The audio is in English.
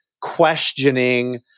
questioning